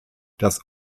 das